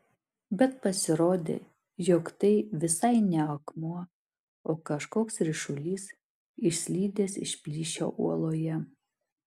bet pasirodė jog tai visai ne akmuo o kažkoks ryšulys išslydęs iš plyšio uoloje